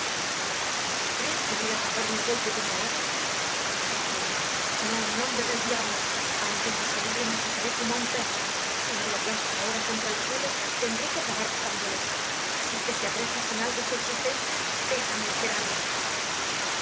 crees que voy a tragarme el golpe que me ha dado rugió él no en nombre del diablo antes de salir le machacaré como a un perro si no le aplasto ahora contra el suelo tendré que acabar matándole así que si aprecias en algo su existencia déjame esperarle